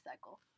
cycle